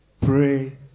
pray